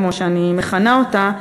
כמו שאני מכנה אותה,